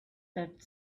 that